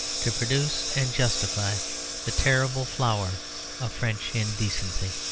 to produce and justify the terrible flower of french indecency.